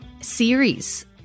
series